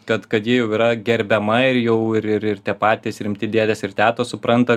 kad kad ji jau yra gerbiama ir jau ir ir ir tie patys rimti dėdės ir tetos supranta